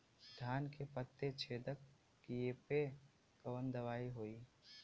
धान के पत्ती छेदक कियेपे कवन दवाई होई?